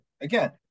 Again